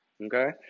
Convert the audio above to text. Okay